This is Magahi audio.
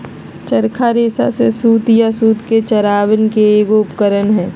चरखा रेशा से सूत या सूत के चरावय के एगो उपकरण हइ